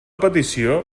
petició